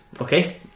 Okay